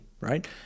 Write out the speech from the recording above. right